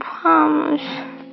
promise